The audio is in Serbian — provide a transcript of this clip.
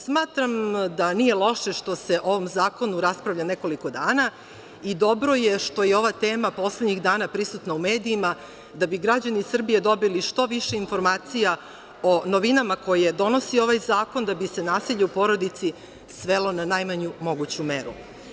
Smatram da nije loše što se o ovom zakonu raspravlja nekoliko dana i dobro je što je ova tema poslednjih dana prisutna u medijima, da bi građani Srbije dobili što više informacija o novinama koje donosi ovaj zakon, da bi se nasilje u porodici svelo na najmanju moguću meru.